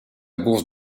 bourse